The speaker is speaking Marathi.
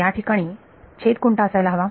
याठिकाणी छेद कोणता असायला हवा